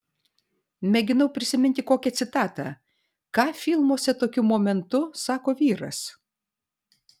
mėginau prisiminti kokią citatą ką filmuose tokiu momentu sako vyras